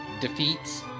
defeats